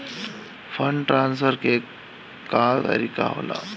Fund transfer के का तरीका होला?